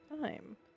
time